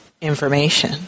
information